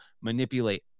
manipulate